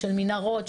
של מנהרות,